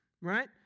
right